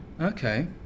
okay